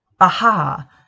aha